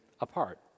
apart